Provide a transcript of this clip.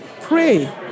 pray